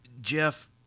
Jeff